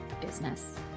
business